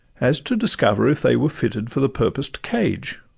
as to discover if they were fitted for the purposed cage